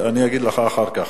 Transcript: אני אגיד לך אחר כך,